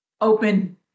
open